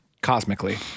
Cosmically